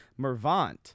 Mervant